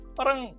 Parang